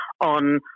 on